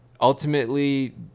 ultimately